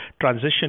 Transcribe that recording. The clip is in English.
transition